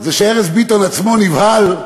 זה שארז ביטון עצמו נבהל,